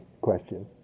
question